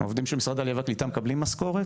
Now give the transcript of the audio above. העובדים של משרד העלייה והקליטה, מקבלים משכורת?